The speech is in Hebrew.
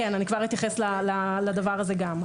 כן, אני כבר אתייחס לדבר הזה גם.